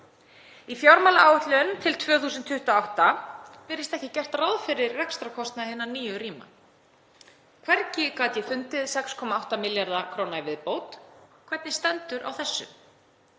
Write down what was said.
Í fjármálaáætlun til 2028 virðist ekki gert ráð fyrir rekstrarkostnaði hinna nýju rýma. Hvergi gat ég fundið 6,8 milljarða kr. í viðbót. Hvernig stendur á þessu?